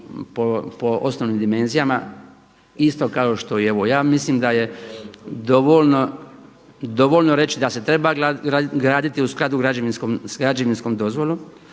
po osnovnim dimenzijama isto kao što, evo ja mislim da je dovoljno reći da se treba graditi u skladu sa građevinskom dozvolom,